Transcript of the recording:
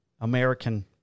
American